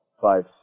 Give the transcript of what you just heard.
five